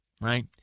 Right